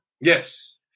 Yes